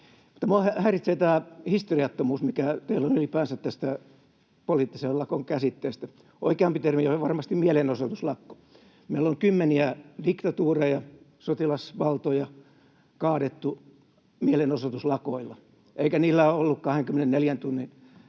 häiritsee tämä historiattomuus, mikä teillä on ylipäänsä tässä poliittisen lakon käsitteessä. Oikeampi termi on varmasti mielenosoituslakko. Meillä on kymmeniä diktatuureja, sotilasvaltoja kaadettu mielenosoituslakoilla, eikä niillä ole ollut 24 tunnin